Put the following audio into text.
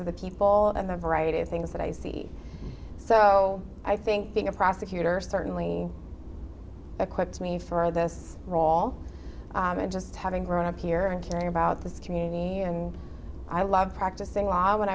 of the people of a variety of things that i see so i think being a prosecutor certainly equipped me for this role and just having grown up here and hearing about this community and i love practicing law when